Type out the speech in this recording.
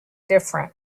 different